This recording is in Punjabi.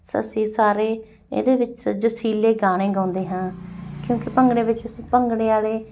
ਅਸੀਂ ਸਾਰੇ ਇਹਦੇ ਵਿੱਚ ਜੋਸ਼ੀਲੇ ਗਾਣੇ ਗਾਉਂਦੇ ਹਾਂ ਕਿਉਂਕਿ ਭੰਗੜੇ ਵਿੱਚ ਅਸੀਂ ਭੰਗੜੇ ਵਾਲੇ